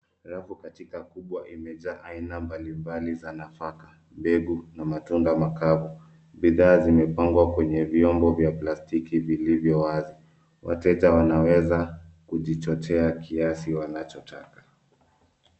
Rafu katika kubwa imejaa aina mbalibali za nafaka, mbegu na matunda makavu. Bidhaa zimepangwa kwenye vyombo vya plastiki vilivyo wazi. Wateja wanaweza kujichotea kiasi wanachotaka.